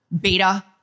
beta